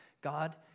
God